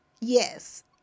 Yes